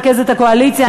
כמרכזת הקואליציה,